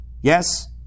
Yes